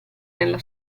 nella